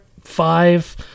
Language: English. five